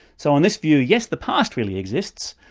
so in this view yes, the past really exists,